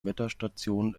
wetterstation